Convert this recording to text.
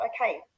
okay